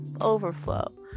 overflow